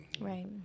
Right